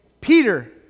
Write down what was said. Peter